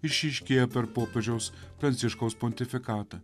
išryškėja per popiežiaus pranciškaus pontifikatą